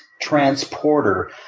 transporter